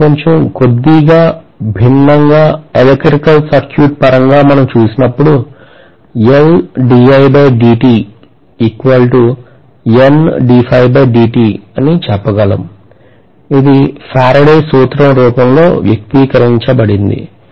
దీన్ని కొంచెం కొద్దిగా భిన్నంగా ఎలక్ట్రికల్ సర్క్యూట్ పరంగా మనం చూసినప్పుడు అని చెప్పగలము ఇది ఫెరడే సూత్రం రూపంలో వ్యక్తీకరించబడినది